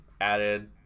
added